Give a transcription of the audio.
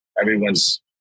Everyone's